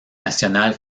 nationale